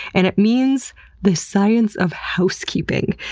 and it means the science of housekeeping.